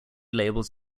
labels